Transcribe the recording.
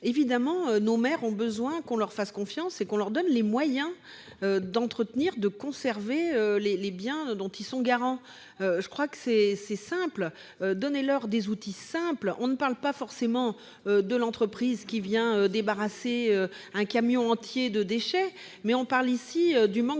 évidemment, nos maires ont besoin qu'on leur fasse confiance et qu'on leur fournisse les moyens d'entretenir et de conserver les biens dont ils sont garants. Donnons-leur des outils simples ! On ne parle pas forcément de l'entreprise qui se débarrasse d'un camion entier de déchets, mais plutôt du manque